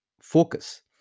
focus